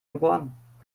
geboren